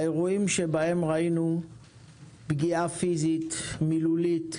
האירועים שבהם ראינו פגיעה פיזית, מילולית,